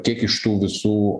kiek iš tų visų